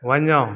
वञो